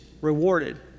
rewarded